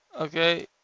Okay